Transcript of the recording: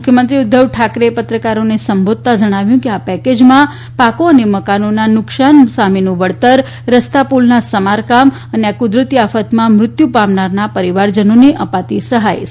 મુખ્યમંત્રી ઉદ્ધવ ઠાકરે એ પત્રકારોને સંબોધતા જણાવ્યું કે આ પેકેજમાં પાકો અને મકાનોના નુકસાન સામેનું વળતર રસ્તા પુલના સમારકામ અને આ કુદરતી આફતમાં મૃત્યુ પામનારના પરિવારજનોને અપાતી સહાય સામેલ છે